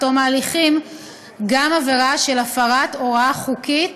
תום ההליכים גם עבירה של הפרת הוראה חוקית